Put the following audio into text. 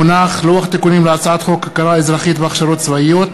מונח לוח התיקונים להצעת חוק הכרה אזרחית בהכשרות צבאיות,